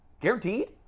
guaranteed